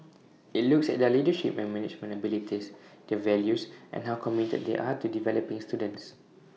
IT looks at their leadership and management abilities their values and how committed they are to developing students